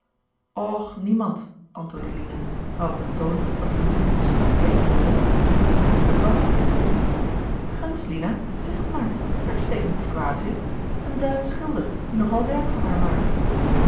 och niemand antwoordde lina maar op een toon dat louis volstrekt weten wilde wie die manfred was gunst lina zeg het maar er steekt niets kwaads in een duitsch schilder die nog al werk van haar maakte